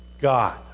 God